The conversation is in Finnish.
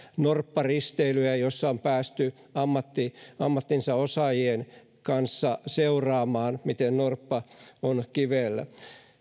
norpparisteilyjä joissa on päästy ammattinsa ammattinsa osaajien kanssa seuraamaan miten norppa on kivellä